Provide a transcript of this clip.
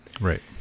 Right